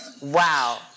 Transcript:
wow